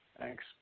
Thanks